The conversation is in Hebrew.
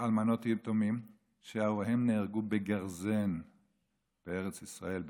עם אלמנות ויתומים שהוריהם נהרגו בגרזן בארץ ישראל,